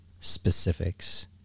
specifics